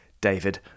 David